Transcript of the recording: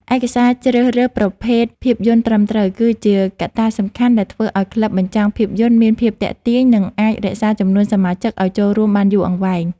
ឯការជ្រើសរើសប្រភេទភាពយន្តត្រឹមត្រូវ គឺជាកត្តាសំខាន់ដែលធ្វើឱ្យក្លឹបបញ្ចាំងភាពយន្ត មានភាពទាក់ទាញ និងអាចរក្សាចំនួនសមាជិកឱ្យចូលរួមបានយូរអង្វែង។